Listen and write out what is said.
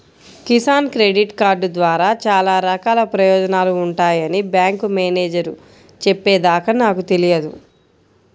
Kisan credit card ద్వారా చాలా రకాల ప్రయోజనాలు ఉంటాయని బ్యాంకు మేనేజేరు చెప్పే దాకా నాకు తెలియదు